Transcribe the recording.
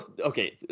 okay